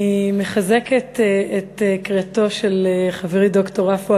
אני מחזקת את קריאתו של חברי ד"ר עפו